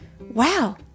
Wow